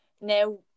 now